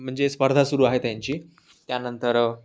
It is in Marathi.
म्हणजे स्पर्धा सुरु आहे त्यांची त्यानंतर